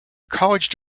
college